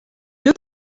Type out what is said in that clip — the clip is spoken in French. deux